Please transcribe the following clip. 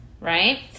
right